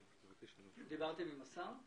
דיברתם עם השר?